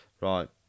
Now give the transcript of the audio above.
Right